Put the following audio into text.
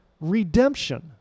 redemption